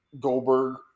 Goldberg